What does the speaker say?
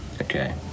Okay